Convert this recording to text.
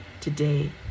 today